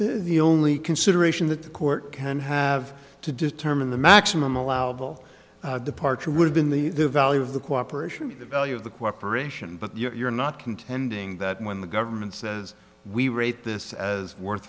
the only consideration that the court can have to determine the maximum allowable departure would've been the value of the cooperation of the value of the cooperation but you're not contending that when the government says we rate this as worth